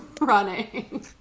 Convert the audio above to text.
running